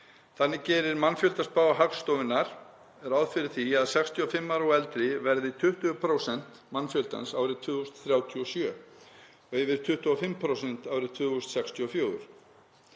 Þannig gerir mannfjöldaspá Hagstofunnar ráð fyrir því að 65 ára og eldri verði 20% mannfjöldans árið 2037 og yfir 25% árið 2064.